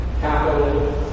capital